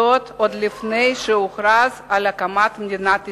זאת, עוד לפני שהוכרז על הקמת מדינת ישראל.